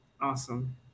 awesome